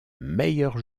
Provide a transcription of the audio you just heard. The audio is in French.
meilleure